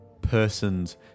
person's